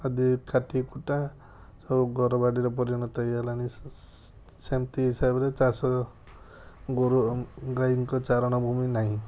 ଆଦି କାଠି କୁଟା ସବୁ ଘରବାଡ଼ିରେ ପରିଣତ ହୋଇଗଲାଣି ସେମିତି ହିସାବରେ ଚାଷ ଗୋରୁ ଗାଈଙ୍କ ଚାରଣ ଭୂମି ନାହିଁ